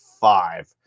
five